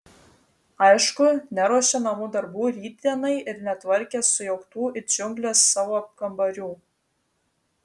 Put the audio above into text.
aišku neruošė namų darbų rytdienai ir netvarkė sujauktų it džiunglės savo kambarių